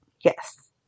yes